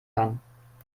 kann